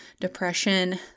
depression